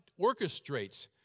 orchestrates